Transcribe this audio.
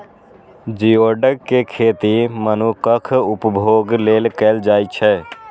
geoduck के खेती मनुक्खक उपभोग लेल कैल जाइ छै